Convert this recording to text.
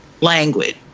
language